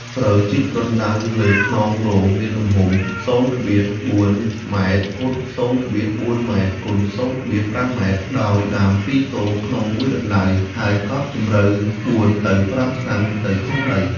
ត្រូវជីករណ្តៅលើខ្នងរងមានទំហំ ០,៤ម x ០,៤ម x ០,៥ម ដោយដាំ ២ទងក្នុង១រណ្តៅ ហើយកប់ជម្រៅ ៤ទៅ៥ថ្នាំង ទៅក្នុងដី។